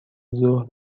ظهر